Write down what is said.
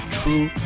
true